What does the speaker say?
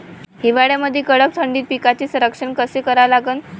हिवाळ्यामंदी कडक थंडीत पिकाचे संरक्षण कसे करा लागन?